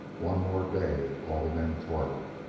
one more day all the men toiled.